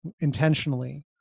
intentionally